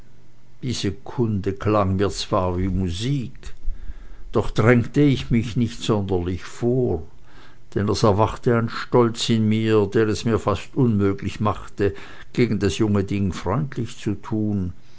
diese kunde klang mir zwar wie musik doch drängte ich mich nicht sonderlich vor denn es erwachte ein stolz in mir der es mir fast unmöglich machte gegen das junge ding freundlich zu tun